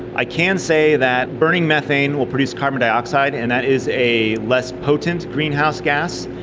i can say that burning methane will produce carbon dioxide and that is a less potent greenhouse gas.